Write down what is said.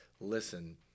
listen